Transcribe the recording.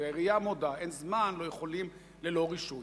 והעירייה מודה: אין זמן, לא יכולים, ללא רישוי.